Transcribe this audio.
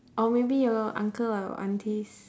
or maybe your uncle or aunties